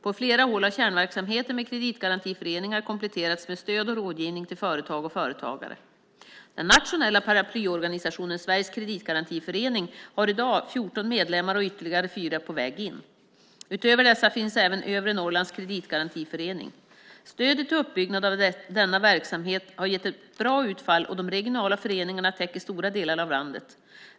På flera håll har kärnverksamheten med kreditgarantiföreningar kompletterats med stöd och rådgivning till företag och företagare. Den nationella paraplyorganisationen Sveriges kreditgarantiförening, SKGF, har i dag 14 medlemmar, och ytterligare fyra är på väg in. Utöver dessa finns även Övre Norrlands Kreditgarantiförening. Stödet till uppbyggnad av denna verksamhet har gett ett bra utfall, och de regionala föreningarna täcker stora delar landet.